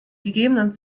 gegebenen